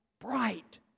bright